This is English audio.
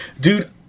Dude